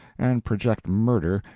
and project murder,